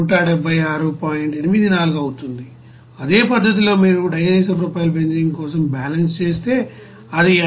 84 అవుతుంది అదే పద్ధతిలో మీరు DIPB కోసం బ్యాలెన్స్ చేస్తే అది 5